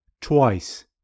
twice